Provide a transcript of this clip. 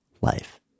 life